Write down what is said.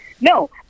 no